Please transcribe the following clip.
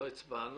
אוקיי.